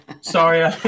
Sorry